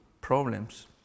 problems